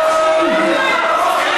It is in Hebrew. לא,